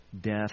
death